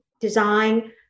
design